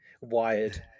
wired